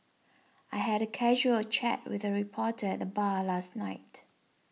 I had a casual chat with a reporter at the bar last night